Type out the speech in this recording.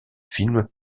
film